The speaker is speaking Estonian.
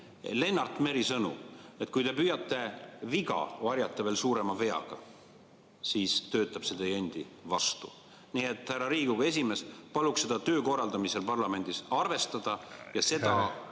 Lennart Meri sõnu: kui te püüate viga varjata veel suurema veaga, siis töötab see teie enda vastu. Nii et härra Riigikogu esimees, paluks seda töö korraldamisel parlamendis arvestada, ja seda